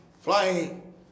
flying